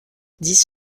dix